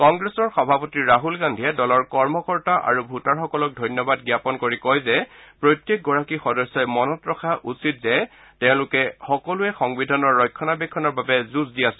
কংগ্ৰেছৰ সভাপতি ৰাহুল গাধীয়ে দলৰ কৰ্মকৰ্তা আৰু ভোটাৰসকলক ধন্যবাদ জ্ঞাপন কৰি কয় যে প্ৰত্যেকগৰাকী সদস্যই মনত ৰখা উচিত যে তেওঁলো সকলোৱে সংবিধানৰ ৰক্ষণা বেক্ষণৰ বাবে যুঁজ দি আছে